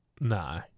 No